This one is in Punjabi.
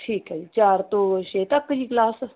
ਠੀਕ ਹੈ ਜੀ ਚਾਰ ਤੋਂ ਛੇ ਤੱਕ ਜੀ ਕਲਾਸ